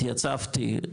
התייצבתי,